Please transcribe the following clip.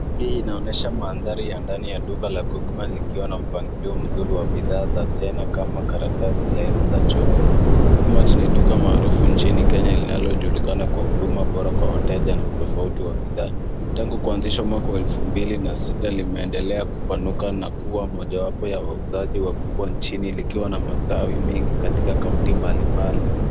Hii inaonyesha mandhari ya ndani ya duka la Quickmart likiwa na mpangilio mzuri wa bidhaa za jena, kama karatasi laini za chooni. Quickmart ni duka maarufu nchini Kenya linalojulikana kwa huduma bora kwa wateja na utofauti wa bidhaa. Tangu kuanzishwa mwaka wa 2006 limeendelea kupanuka na kuwa mojawapo ya wauzaji wakubwa nchini likiwa na matawi mingi katika kaunti mbalimbali.